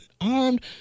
armed